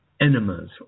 enemas